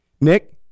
Nick